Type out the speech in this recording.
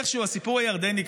איכשהו הסיפור הירדני,